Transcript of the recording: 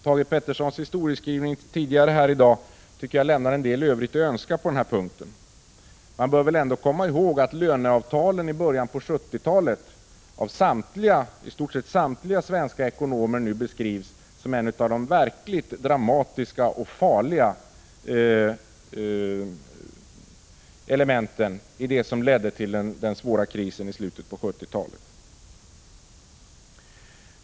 Thage Petersons historieskrivning tidigare här i dag lämnar en del övrigt att önska på den punkten. Man bör väl ändå komma ihåg att löneavtalen i början på 1970-talet av i stort sett samtliga svenska ekonomer nu beskrivs som ett av de verkligt dramatiska och farliga elementen i det som ledde till den svåra krisen i slutet på 1970-talet.